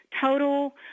total